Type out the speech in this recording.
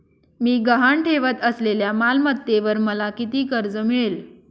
मी गहाण ठेवत असलेल्या मालमत्तेवर मला किती कर्ज मिळेल?